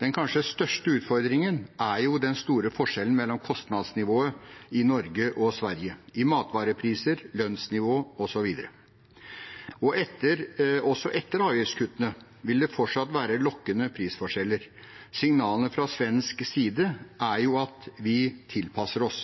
Den kanskje største utfordringen er den store forskjellen mellom kostnadsnivået i Norge og Sverige, i matvarepriser, lønnsnivå osv. Også etter avgiftskuttene vil det være lokkende prisforskjeller. Signalene fra svensk side er jo: Vi tilpasser oss.